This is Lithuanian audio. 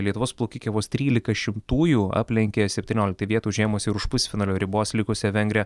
lietuvos plaukikė vos trylika šimtųjų aplenkė septynioliktą vietą užėmusį ir už pusfinalio ribos likusią vengrę